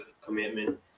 commitment